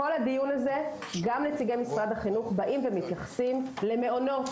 בכל הדיון הזה גם נציגי משרד החינוך מתייחסים למעונות.